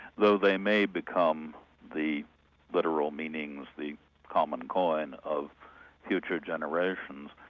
though they may become the literal meanings, the common coin of future generations.